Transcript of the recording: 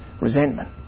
resentment